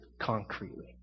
concretely